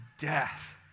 death